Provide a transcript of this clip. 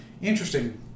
Interesting